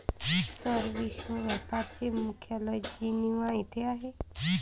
sir, विश्व व्यापार चे मुख्यालय जिनिव्हा येथे आहे